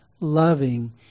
loving